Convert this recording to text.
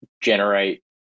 generate